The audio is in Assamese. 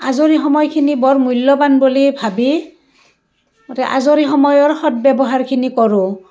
আজৰি সময়খিনি বৰ মূল্যবান বুলি ভাবি আজৰি সময়ৰ সদ্ ব্যৱহাৰখিনি কৰোঁ